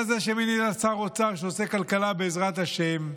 אתה זה שמינית שר אוצר שעושה כלכלה בעזרת השם,